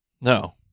No